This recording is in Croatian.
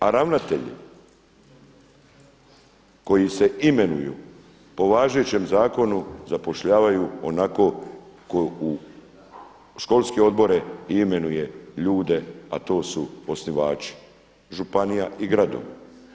A ravnatelji koji se imenuju po važećem zakonu zapošljavaju onako u školske odbore i imenuje ljude, a to su osnivači županija i gradova.